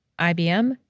IBM